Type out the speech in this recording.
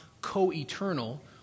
co-eternal